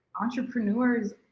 entrepreneurs